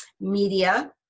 media